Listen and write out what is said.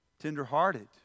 Tender-hearted